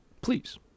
please